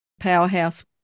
Powerhouse